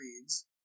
reads